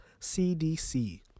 CDC